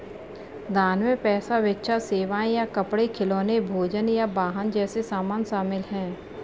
दान में पैसा भिक्षा सेवाएं या कपड़े खिलौने भोजन या वाहन जैसे सामान शामिल हैं